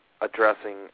addressing